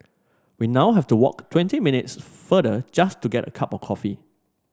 we now have to walk twenty minutes farther just to get a cup of coffee